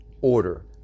order